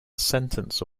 sentence